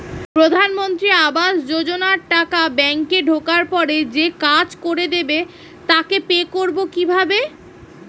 প্রধানমন্ত্রী আবাস যোজনার টাকা ব্যাংকে ঢোকার পরে যে কাজ করে দেবে তাকে পে করব কিভাবে?